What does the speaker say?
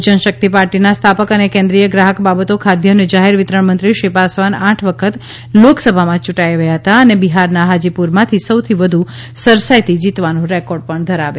લોક જનશક્તિપાર્ટીના સ્થાપક અને કેન્દ્રીય ગ્રાહક બાબતો ખાદ્ય અને જાહેર વિતરણ મંત્રી શ્રી પાસવાન આઠ વખત લોકસભામાં યૂંટાઈ આવ્યા હતા અને બિહારના હાજીપુરમાંથી સૌથી વધુ સરસાઇથી જીતવાનો રેકોર્ડ પણ ધરાવે છે